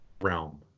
realm